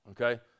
Okay